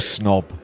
snob